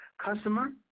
customer